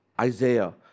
Isaiah